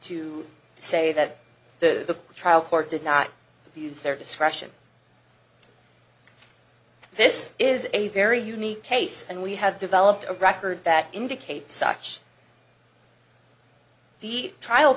to say that the trial court did not abuse their discretion this is a very unique case and we have developed a record that indicate such the trial